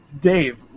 Dave